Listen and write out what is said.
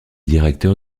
directeur